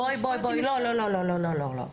לא לא לא לא לא.